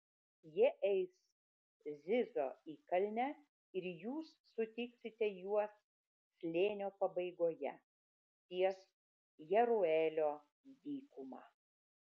jie eis zizo įkalne ir jūs sutiksite juos slėnio pabaigoje ties jeruelio dykuma